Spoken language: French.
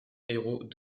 héros